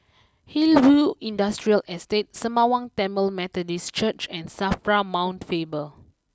Hillview Industrial Estate Sembawang Tamil Methodist Church and Safra Mount Faber